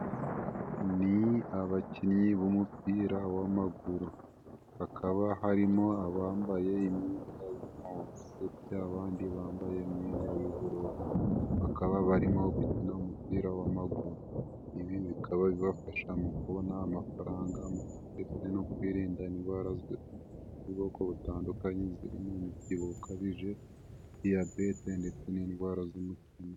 Ni abakinnyi b'umupira w'amaguru, hakaba harimo abambaye y'imihondo abandi bambaye imyendaro bakaba barimo gukina umupira w'amaguru ibi bikababafasha mu kubona amafaranga ndetse no kwirinda indwara z'ubwoko butandukanye zirimo umubyibuho ukabije diyabete ndetse n'indwara z'umutima.